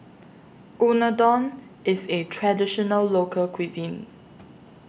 Unadon IS A Traditional Local Cuisine